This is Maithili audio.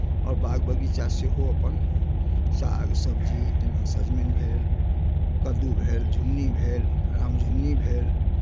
आओर बाग बगीचा सेहो अपन साग सब्जी जेना सजमनि भेल कद्दू भेल झुँगनी भेल राम झुँगनी भेल